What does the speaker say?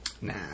Nah